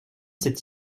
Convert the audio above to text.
cette